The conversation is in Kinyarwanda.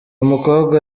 mukobwa